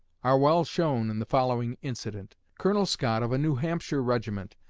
are well shown in the following incident colonel scott, of a new hampshire regiment,